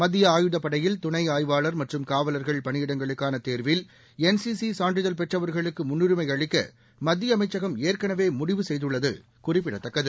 மத்திய ஆயுதப்படையில் துணை ஆய்வாளர் மற்றும் காவலர்கள் பணியிடங்களுக்கான தேர்வில் என்சிசி சான்றிதழ் பெற்றவர்களுக்கு முன்னுரிமை அளிக்க மத்திய அமைச்சகம் ஏற்கனவே முடிவுசெய்துள்ளது குறிப்பிடத்தக்கது